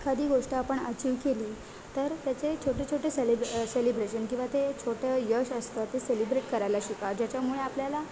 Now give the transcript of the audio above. एखादी गोष्ट आपण अचिव्ह केली तर त्याचे छोटे छोटे सेलिब्र सेलिब्रेशन किंवा ते छोटं यश असतं ते सेलिब्रेट करायला शिका ज्याच्यामुळे आपल्याला